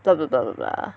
blah blah blah blah blah